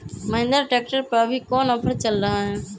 Mahindra tractor पर अभी कोन ऑफर चल रहा है?